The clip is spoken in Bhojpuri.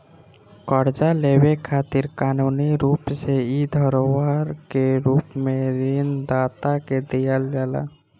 कर्जा लेवे खातिर कानूनी रूप से इ धरोहर के रूप में ऋण दाता के दियाला